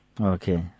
Okay